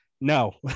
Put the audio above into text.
no